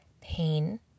pain